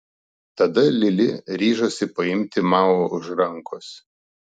tada lili ryžosi paimti mao už rankos